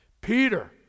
Peter